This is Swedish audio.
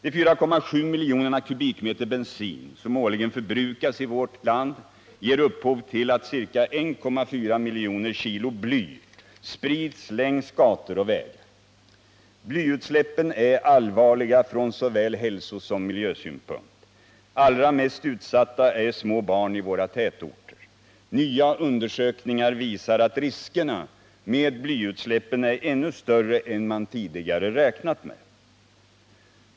De 4,7 miljoner kubikmeter bensin som årligen förbrukas i vårt land ger upphov till att ca 1,4 miljoner kilo bly sprids längs gator och vägar. Blyutsläppen är allvarliga från såväl hälsosom miljösynpunkt. Allra mest utsatta är små barn i våra tätorter. Nya undersökningar visar att riskerna med blyutsläppen är ännu större än man tidigare räknat med.